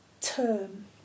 term